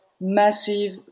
massive